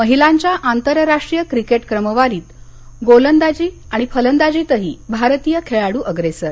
महिलांच्या आंतरराष्ट्रीय क्रिकेट क्रमवारीत गोलंदाजी आणि फलंदाजीतही भारतीय खेळाडू अग्रेसर